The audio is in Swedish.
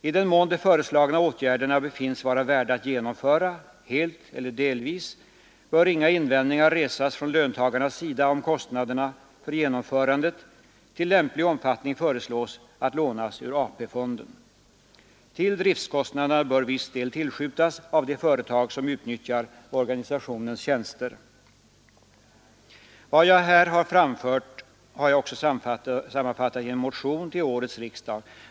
I den mån de föreslagna åtgärderna befinns vara värda att genomföra, helt eller delvis, bör inga invändningar resas från löntagarnas sida, om medlen för genomförandet i lämplig omfattning, såsom föreslås, lånas ur AP-fonden. Till driftkostnaderna bör viss del tillskjutas av de företag som utnyttjar organisationens tjänster. Vad jag här framfört har jag också sammanfattat i en motion till årets riksdag.